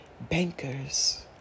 bankers